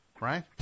Right